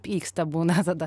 pyksta būna tada